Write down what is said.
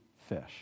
fish